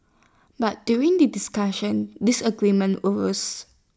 but during the discussions disagreements arose